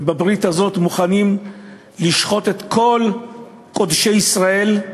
ובברית הזאת מוכנים לשחוט את כל קודשי ישראל?